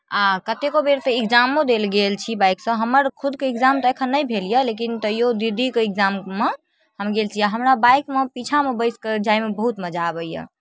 आ कतेको बेर तऽ एक्जामो दै लेल गेल छी बाइकसँ हमर खुदके एक्जाम तऽ एखन नहि भेल यए लेकिन तैओ दीदीके एक्जाममे हम गेल छी हमरा बाइकमे पीछाँमे बैठि कऽ जायमे बहुत मजा अबैए